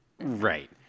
Right